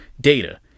data